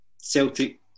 Celtic